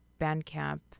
Bandcamp